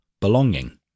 belonging